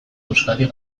euskadi